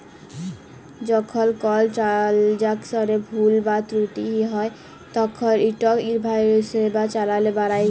যখল কল ট্রালযাকশলে ভুল বা ত্রুটি হ্যয় তখল ইকট ইলভয়েস বা চালাল বেরাই